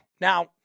Now